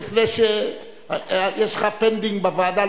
יש לך pending בוועדה,